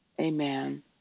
Amen